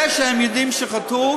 זה שהם יודעים שחטאו,